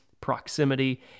proximity